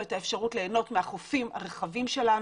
את האפשרות ליהנות מהחופים הרחבים שלנו,